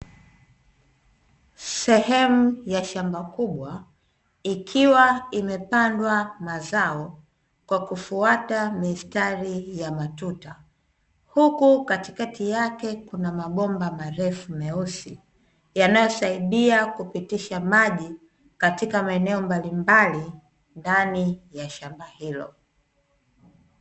Sehemu ya shamba kubwa, ikiwa imepandwa mazao kwa kufuata mistari ya matuta. Huku katikati yake kuna mabomba marefu meusi, yanayosaidia kupitisha maji, katika maeneo mbalimbali ndani ya shamba hilo.